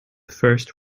first